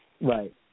Right